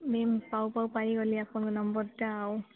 ma'am ପାଉ ପାଉ ପାଇଗଲି ଆପଣଙ୍କ ନମ୍ବର୍ଟା ଆଉ